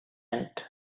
tent